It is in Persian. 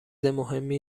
مهمی